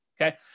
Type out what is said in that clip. okay